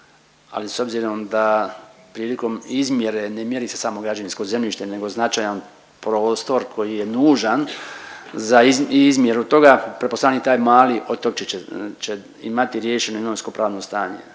ali s obzirom da prilikom izmjere, ne mjeri se samo građevinsko zemljište nego značajan prostor koji je nužan za izmjeru toga, pretpostavljam i taj mali otočić će imati riješeno imovinskopravno stanje.